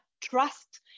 trust